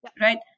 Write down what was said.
right